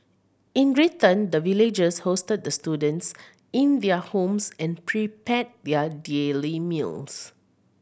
in return the villagers hosted the students in their homes and prepared their daily meals